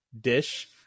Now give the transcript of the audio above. dish